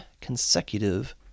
consecutive